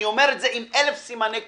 אני אומר את זה עם אלף סימני קריאה,